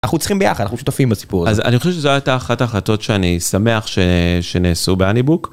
אנחנו צריכים ביחד, אנחנו שותפים בסיפור הזה. אז אני חושב שזו הייתה אחת ההחלטות שאני שמח שנעשו בHoneybook.